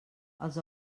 els